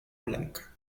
blanca